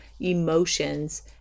emotions